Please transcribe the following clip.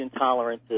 intolerances